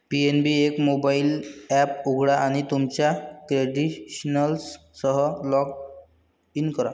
PNB एक mobile app उघडा आणि तुमच्या क्रेडेन्शियल्ससह लॉग इन करा